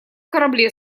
корабле